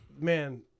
man